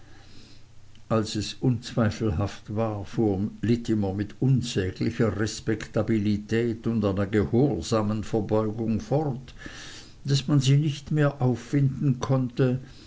als es unzweifelhaft war fuhr littimer mit unsäglicher respektabilität und einer gehorsamen verbeugung fort daß man sie nicht mehr auffinden konnte